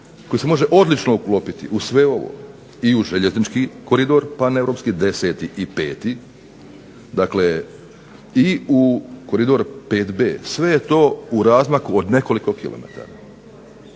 koji se može odlično u sve ovo, i u željeznički koridor, paneuropski 10. i 5., dakle i u koridor 5B, sve je to u razmaku od nekoliko km.